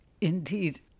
Indeed